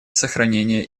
сохранение